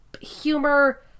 humor